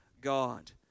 God